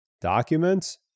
documents